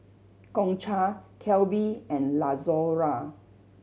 Concha Kelby and Lazaro